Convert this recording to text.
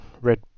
red